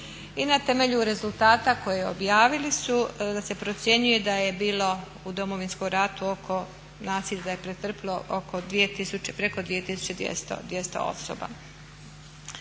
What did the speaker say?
i na temelju rezultata koje su, objavili su da se procjenjuje da je bilo u Domovinskom ratu oko, nasilje da je pretrpilo preko 2200 osoba.